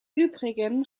übrigen